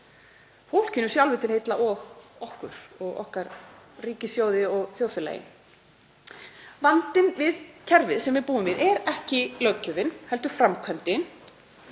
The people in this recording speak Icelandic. fólkinu sjálfu til heilla og okkur og okkar ríkissjóði og þjóðfélagi. Vandinn við kerfið sem við búum við er ekki löggjöfin heldur framkvæmdin